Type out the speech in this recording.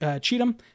Cheatham